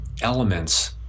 elements